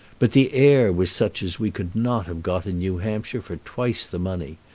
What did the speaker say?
but the air was such as we could not have got in new hampshire for twice the money.